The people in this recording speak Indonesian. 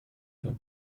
ini